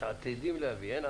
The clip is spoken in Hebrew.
מתעתדים להביא.